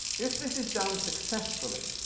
if this is done successfully,